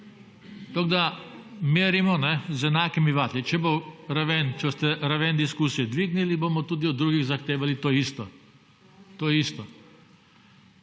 Toliko da merimo z enakimi vatli. Če boste raven diskusije dvignili, bomo tudi od drugih zahtevali to isto. To isto.